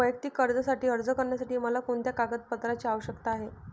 वैयक्तिक कर्जासाठी अर्ज करण्यासाठी मला कोणत्या कागदपत्रांची आवश्यकता आहे?